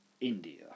india